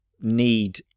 need